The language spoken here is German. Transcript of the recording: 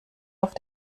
auf